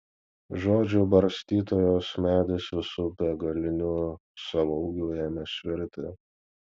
žodžių barstytojos medis visu begaliniu savo ūgiu ėmė svirti